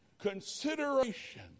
Consideration